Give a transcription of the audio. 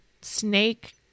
snake